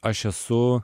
aš esu